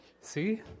See